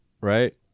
right